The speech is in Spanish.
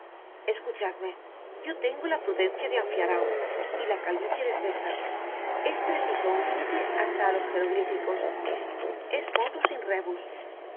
escuchadme yo tengo la prudencia de anfiarao y la calvicie de césar es preciso un límite hasta á los geroglíficos est modus in rebits